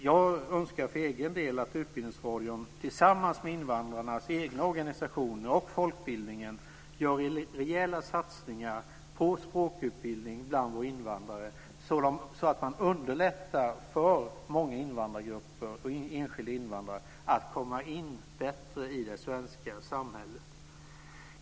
Jag önskar för egen del att Utbildningsradion, tillsammans med invandrarnas egna organisationer och folkbildningen gör rejäla satsningar på språkutbildning bland våra invandrare, så att man underlättar för invandrargrupper och enskilda invandrare att komma in bättre i det svenska samhället.